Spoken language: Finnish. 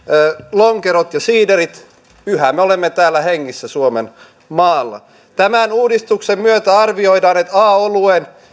lonkerot ja siiderit yhä me olemme täällä suomen maassa hengissä tämän uudistuksen myötä arvioidaan että a oluen